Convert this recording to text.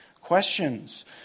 questions